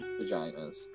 vaginas